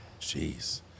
Jeez